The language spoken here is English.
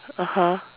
(uh huh)